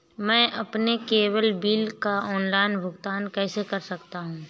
मैं अपने cable bill का ऑनलाइन भुगतान कैसे कर सकता हूं?